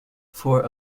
for